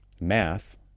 math